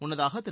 முன்னதாக திரு